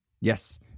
Yes